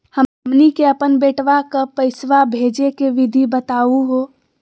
हमनी के अपन बेटवा क पैसवा भेजै के विधि बताहु हो?